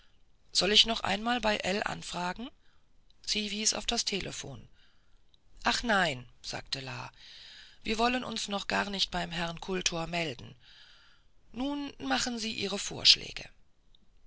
soll ich noch einmal bei ell anfragen sie wies auf das telephon ach nein sagte la wir wollen uns noch gar nicht beim herrn kultor melden nun machen sie ihre vorschläge